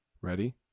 Ready